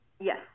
Yes